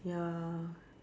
ya